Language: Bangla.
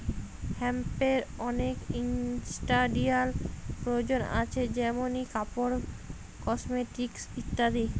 হেম্পের অনেক ইন্ডাস্ট্রিয়াল প্রয়োজন আছে যেমনি কাপড়, কসমেটিকস ইত্যাদি